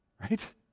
right